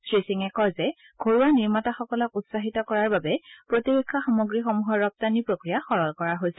শ্ৰীসিঙে কয় যে ঘৰুৱা নিৰ্মাতাসকলক উৎসাহিত কৰাৰ বাবে প্ৰতিৰক্ষা সামগ্ৰীসমূহৰ ৰপ্তানি প্ৰক্ৰিয়া সৰল কৰা হৈছে